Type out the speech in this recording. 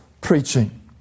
preaching